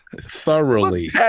Thoroughly